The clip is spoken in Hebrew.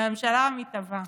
לממשלה המתהווה: